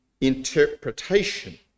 interpretation